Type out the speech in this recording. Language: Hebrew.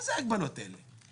מה זה ההגבלות האלה?